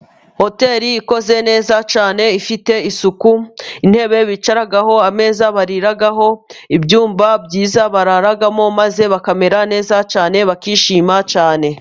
Hoteri ikoze neza cyane， ifite isuku，intebe bicaraho， ameza bariraho， ibyumba byiza bararamo， maze bakamera neza cyane， bakishima cyane.